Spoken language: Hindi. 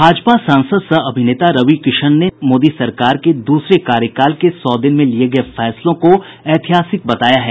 भाजपा सांसद सह अभिनेता रवि किशन ने नरेन्द्र मोदी सरकार के दूसरे कार्यकाल के सौ दिन में लिये गये फैसलों को ऐतिहासिक बताया है